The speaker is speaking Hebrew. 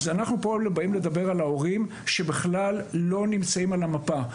אנחנו פה באים לדבר על ההורים שבכלל לא נמצאים על המפה.